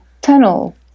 tunnel